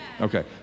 Okay